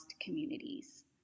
communities